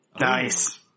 Nice